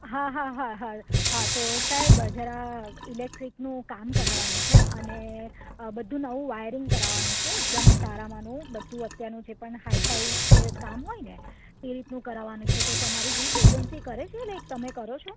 હા હા હા હા હા હા તો સાહેબ જરા ઇલેક્ટ્રિકનું કામ કરાવવાનું છે અને બધું નવું વાયરિંગ કરાવવાનું છે એકદમ સારામાંનું બધું અત્યારનું જે પણ હાઇ ફાઈ જે કામ હોય ને એ રીતનું કરાવવાનું છે તો તમારી એજન્સી કરે છે ને લાઇક તમે કરો છો